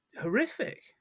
horrific